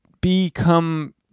become